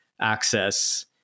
access